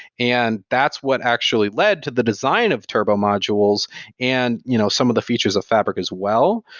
and that's what actually led to the design of turbo modules and you know some of the features of fabric as well.